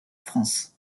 france